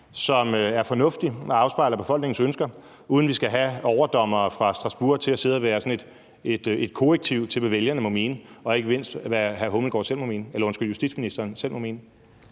som er fornuftig og afspejler befolkningens ønsker, uden at vi skal have overdommere fra Strasbourg til at sidde og være sådan et korrektiv til, hvad vælgerne må mene, og ikke mindst til, hvad justitsministeren selv